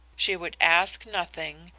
she would ask nothing,